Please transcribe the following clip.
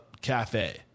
cafe